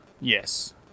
yes